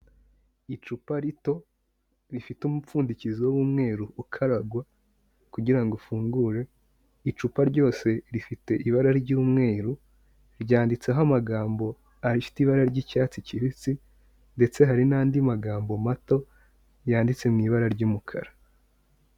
Icupa rito rifite umupfundikizo w'umweru ukaragwa, kugira ngo ufungure, icupa ryose rifite ibara ry'umweru, ryanditseho amagambo afite ibara ry'icyatsi kibisi, ndetse hari n'andi magambo mato, yanditse mu ibara ry'umukara.